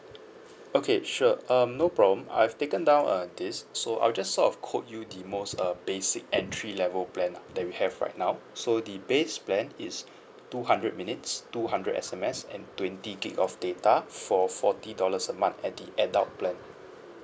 okay sure um no problem I've taken down uh this so I'll just sort of quote you the most uh basic entry level plan ah that we have right now so the base plan is two hundred minutes two hundred S_M_S and twenty gig of data for forty dollars a month at the adult plan